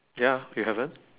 ya you haven't